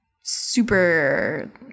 super